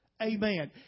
Amen